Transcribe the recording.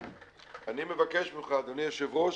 אני מבקש ממך, אדוני היושב-ראש,